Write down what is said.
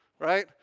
Right